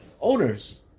owners